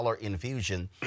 infusion